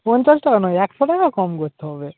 পঞ্চাশ টাকা নয় একশো টাকা কম করতে হবে